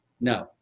no